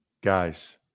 Guys